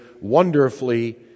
wonderfully